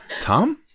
Tom